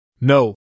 No